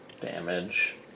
Damage